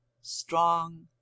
strong